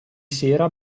sera